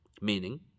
meaning